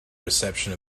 reception